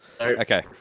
Okay